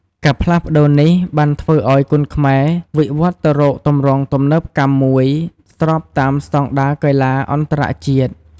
ការផ្លាស់ប្តូរនេះបានធ្វើឱ្យគុនខ្មែរវិវត្តន៍ទៅរកទម្រង់ទំនើបកម្មមួយ ស្របតាមស្តង់ដារកីឡាអន្តរជាតិ។